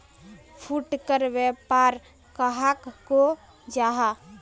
फुटकर व्यापार कहाक को जाहा?